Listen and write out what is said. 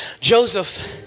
Joseph